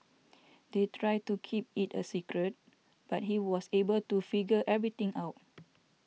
they tried to keep it a secret but he was able to figure everything out